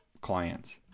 clients